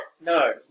No